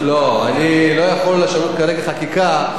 אני לא יכול כרגע לשנות חקיקה שוועדה,